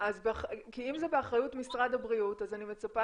כי אם זה באחריות משרד הבריאות אז אני מצפה